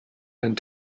and